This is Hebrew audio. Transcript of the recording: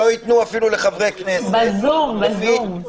ב"זום".